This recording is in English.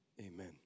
Amen